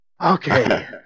Okay